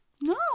no